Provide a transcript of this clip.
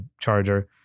charger